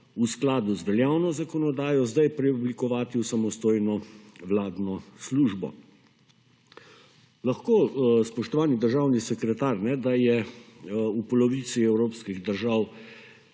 v skladu z veljavno zakonodajo sedaj preoblikovati v samostojno vladno službo. Lahko, spoštovani državni sekretar, da je v polovici evropskih držav